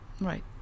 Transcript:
Right